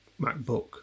MacBook